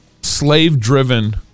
slave-driven